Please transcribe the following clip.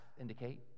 indicate